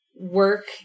work